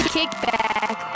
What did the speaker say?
Kickback